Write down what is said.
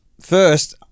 first